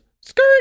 skirt